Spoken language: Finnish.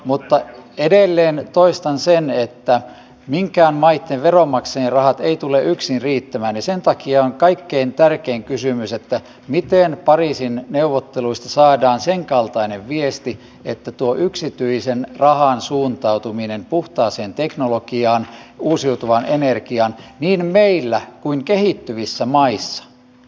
mutta edelleen toistan sen että minkään maitten veronmaksajien rahat eivät tule yksin riittämään ja sen takia on kaikkein tärkein kysymys miten pariisin neuvotteluista saadaan sen kaltainen viesti että tuo yksityisen rahan suuntautuminen puhtaaseen teknologiaan uusiutuvaan energiaan niin meillä kuin kehittyvissä maissa vahvistuu